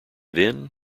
then